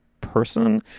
person